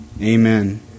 Amen